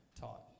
taught